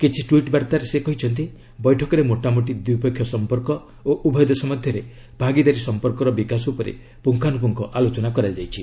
କିଛି ଟ୍ୱିଟ୍ ବାର୍ଭାରେ ସେ କହିଛନ୍ତି ବୈଠକରେ ମୋଟାମୋଟି ଦ୍ୱିପକ୍ଷିୟ ସମ୍ପର୍କ ଓ ଉଭୟ ଦେଶ ମଧ୍ୟରେ ଭାଗିଦାରୀ ସମ୍ପର୍କର ବିକାଶ ଉପରେ ପୁଙ୍ଗାନୁପୁଙ୍ଖ ଆଲୋଚନା କରାଯାଇଛି